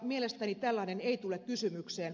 mielestäni tällainen ei tule kysymykseen